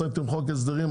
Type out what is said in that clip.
חוק הסדרים,